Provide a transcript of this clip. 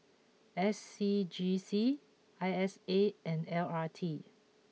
S C G C I S A and L R T